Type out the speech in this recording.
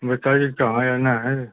बता दीजिए कहाँ आना है